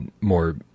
more